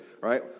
right